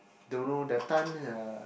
don't know that time ya